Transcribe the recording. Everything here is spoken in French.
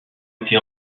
été